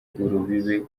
urubibe